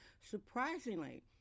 Surprisingly